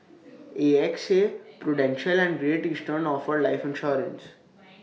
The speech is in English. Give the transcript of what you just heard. A X A prudential and great eastern offer life insurance